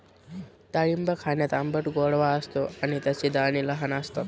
डाळिंब खाण्यात आंबट गोडवा असतो आणि त्याचे दाणे लहान असतात